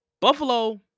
Buffalo